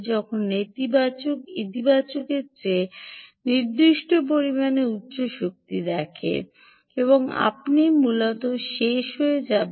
যখন নেতিবাচক ইতিবাচকের চেয়ে নির্দিষ্ট পরিমাণে উচ্চ শক্তি দেখে এবং আপনি মূলত শেষ হয়ে যাবেন